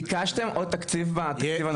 ביקשתם עוד תקציב בתקציב הנוכחי,